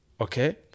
okay